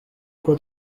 uko